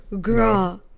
Girl